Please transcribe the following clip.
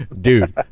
dude